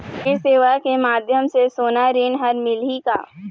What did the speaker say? ये सेवा के माध्यम से सोना ऋण हर मिलही का?